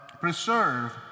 preserve